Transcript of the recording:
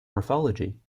morphology